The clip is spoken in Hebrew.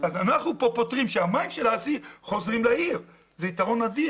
אנחנו כאן מחזירים את מי ה-האסי לעיר וזה יתרון אדיר.